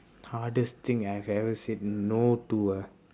hardest thing I have ever said n~ no to ah